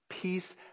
Peace